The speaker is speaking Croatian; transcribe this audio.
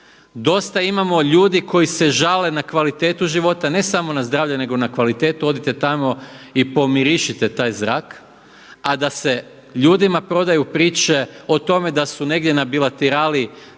dosta imamo ljudi koji se žale na kvalitetu života, ne samo na zdravlje nego na kvalitetu. Odite tamo i pomirišite taj zrak. A da se ljudima prodaju priče o tome da su negdje na bilaterali sa